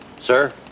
Sir